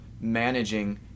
managing